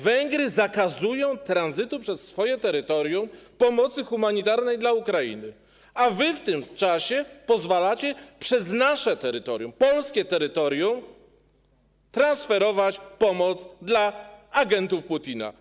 Węgry zakazują tranzytu przez swoje terytorium pomocy humanitarnej dla Ukrainy, a wy w tym czasie pozwalacie przez nasze terytorium, polskie terytorium transferować pomoc dla agentów Putina.